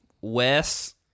Wes